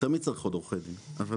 תמיד צריך עוד עורכי דין, אבל